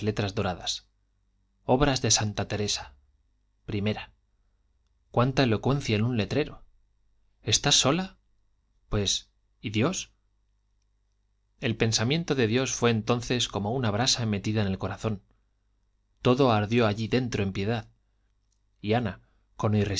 letras doradas obras de santa teresa i cuánta elocuencia en un letrero estás sola pues y dios el pensamiento de dios fue entonces como una brasa metida en el corazón todo ardió allí dentro en piedad y ana con